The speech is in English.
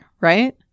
Right